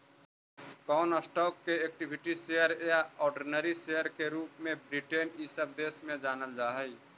कौन स्टॉक्स के equity share या ऑर्डिनरी शेयर के रूप में ब्रिटेन इ सब देश में जानल जा हई